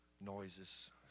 noises